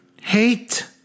hate